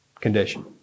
condition